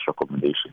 recommendation